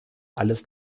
alles